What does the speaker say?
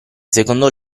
secondo